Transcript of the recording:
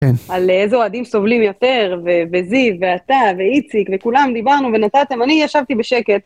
על איזה אוהדים סובלים יפה, ו.. וזיו, ואתה, ואיציק, וכולם, דיברנו ונתתם, אני ישבתי בשקט.